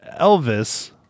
Elvis